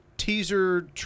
teaser